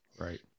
Right